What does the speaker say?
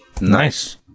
Nice